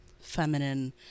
feminine